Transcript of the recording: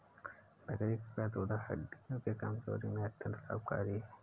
बकरी का दूध हड्डियों की कमजोरी में अत्यंत लाभकारी है